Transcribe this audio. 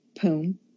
poem